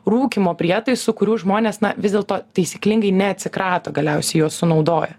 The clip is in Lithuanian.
rūkymo prietaisų kurių žmonės na vis dėlto taisyklingai neatsikrato galiausiai juos sunaudoję